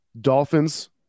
Dolphins